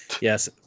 Yes